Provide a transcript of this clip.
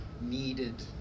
needed